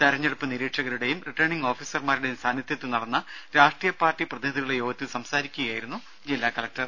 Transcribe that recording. തെരഞ്ഞെടുപ്പ് നിരീക്ഷകരുടെയും റിട്ടേണിംഗ് ഓഫീസർമാരുടെയും സാന്നിധ്യത്തിൽ നടന്ന രാഷ്ട്രീയ പാർട്ടി പ്രതിനിധികളുടെ യോഗത്തിൽ സംസാരിക്കുകയായിരുന്നു അദ്ദേഹം